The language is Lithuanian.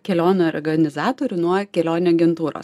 kelionių organizatorių nuo kelionių agentūros